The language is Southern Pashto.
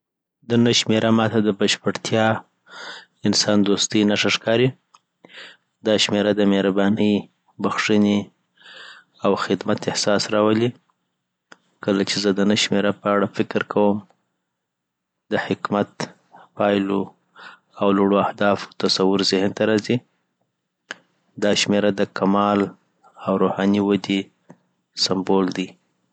د نهه شمېره ماته د بشپړتیا، انسان دوستۍ نښه ښکاري دا شمېره د مهربانۍ، بخښنې او خدمت احساس راولي کله چې زه د نهه په اړه فکر کوم د حکمت، پایلو او لوړو اهدافو تصور ذهن ته راځي. دا شمېره د کمال او روحاني ودې سمبول دی